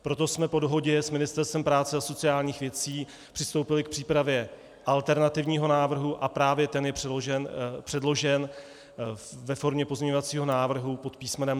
Proto jsme po dohodě s Ministerstvem práce a sociálních věcí přistoupili k přípravě alternativního návrhu a právě ten je předložen ve formě pozměňovacího návrhu pod písmenem C.